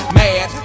mad